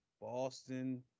Boston